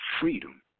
freedom